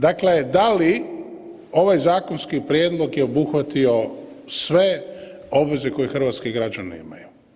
Dakle, da li ovaj zakonski prijedlog je obuhvatio sve obveze koje hrvatski građani imaju.